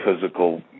physical